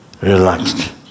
relaxed